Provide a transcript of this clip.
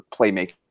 playmaking